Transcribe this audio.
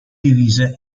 divise